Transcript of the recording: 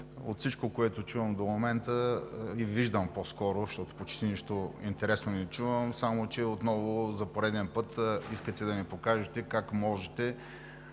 от всичко, което чувам до момента, и по-скоро виждам, защото почти нищо интересно не чувам, за пореден път искате да ни покажете как можете